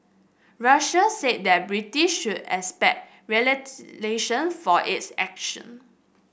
Russia said that Britain should expect for its action